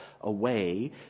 away